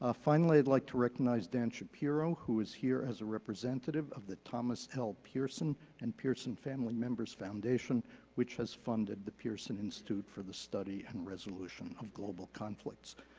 ah finally i'd like to recognize dan shapiro, who is here as a representative of the thomas l. pearson and pearson family members foundation which has funded the pearson institute for the study and resolution of global conflicts.